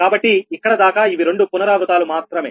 కాబట్టి ఇక్కడ దాక ఇవి రెండు పునరావృతాలు మాత్రమే